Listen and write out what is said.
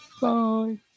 Bye